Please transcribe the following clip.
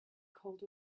called